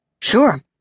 Sure